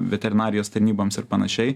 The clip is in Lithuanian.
veterinarijos tarnyboms ir panašiai